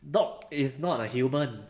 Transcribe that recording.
dog is not a human